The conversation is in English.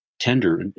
tender